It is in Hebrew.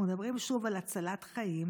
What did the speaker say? אנחנו מדברים שוב על הצלת חיים.